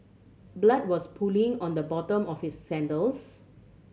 blood was pooling on the bottom of his sandals